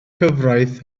cyfraith